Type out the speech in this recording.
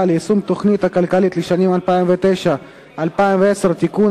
ליישום התוכנית הכלכלית לשנים 2009 ו-2010) (תיקון,